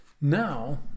Now